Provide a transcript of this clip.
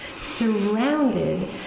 surrounded